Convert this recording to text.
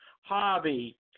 hobby